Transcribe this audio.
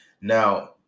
Now